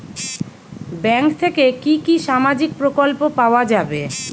Bank থেকে কি কি সামাজিক প্রকল্প পাওয়া যাবে?